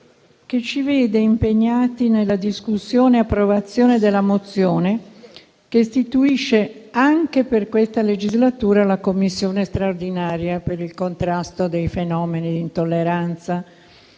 che ci vede impegnati nella discussione e approvazione della mozione che istituisce, anche per questa legislatura, la Commissione straordinaria per il contrasto dei fenomeni di intolleranza,